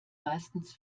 meistens